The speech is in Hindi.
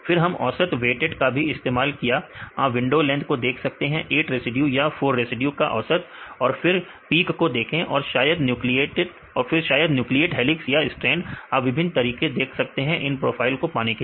फिर हमने औसत वेटेड का भी इस्तेमाल किया आप विंडो लेंथ को देख सकते हैं 8 रेसिड्यू या 4 रेसिड्यू का औसत और फिर पीक को देखें और शायद न्यूक्लिएट हेलिक्स या स्ट्रैंड आप विभिन्न तरीके देख सकते हैं इन प्रोफाइल को पाने के लिए